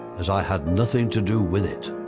as i had nothing to do with it.